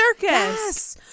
Yes